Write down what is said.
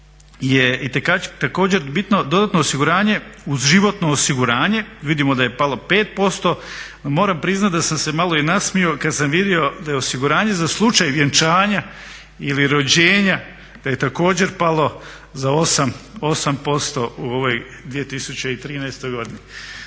je također bitno dodatno osiguranje uz životno osiguranje, vidimo da je palo 5%, moram priznati da sam se malo i nasmijao kad sam vidio da je osiguranje za slučaj vjenčanja ili rođenja da je također palo za 8% u ovoj 2013. godini.